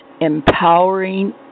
empowering